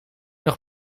nog